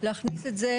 חייבים להכניס את זה,